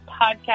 podcast